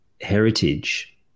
heritage